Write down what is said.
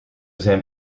zijn